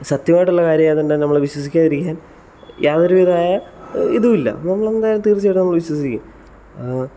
സത്യമായിട്ടുള്ള കാര്യമായത് കൊണ്ട് തന്നെ നമ്മൾ വിശ്വസിക്കാതിരിക്കാൻ യാതൊരു വിധമായ ഇതുമില്ല അപ്പം എന്തായാലും നമ്മൾ തീർച്ചയായിട്ടും വിശ്വസിക്കും